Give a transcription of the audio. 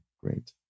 great